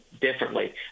differently